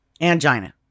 Angina